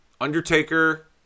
Undertaker